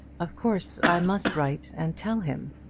of course i must write and tell him.